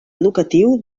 educatiu